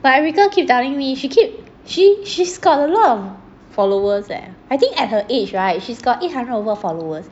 but erica keep telling me she keep she she's got a lot of followers eh I think at her age right she's got eight hundred over followers